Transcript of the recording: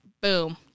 boom